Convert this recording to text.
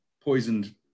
poisoned